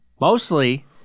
Mostly